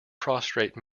prostrate